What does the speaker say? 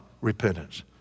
repentance